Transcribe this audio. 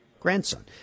Grandson